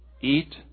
eat